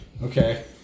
Okay